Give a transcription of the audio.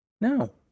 No